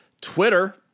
Twitter